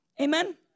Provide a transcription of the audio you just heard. Amen